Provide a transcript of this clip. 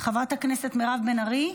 חברת הכנסת מירב בן ארי,